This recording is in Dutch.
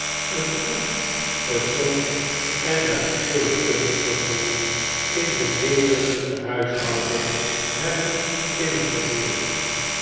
eeh goed gezond en natuurlp kunstgevoel in de nederigste huishouding hebben ingevoerd